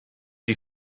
die